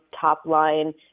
top-line